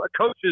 coaches